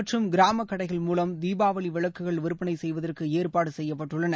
காதிமற்றும் கிராமகடைகள் மூலம் தீபாவளிவிளக்குகள் விற்பனைசெய்வதற்குஏற்பாடுசெய்யப்பட்டுள்ளது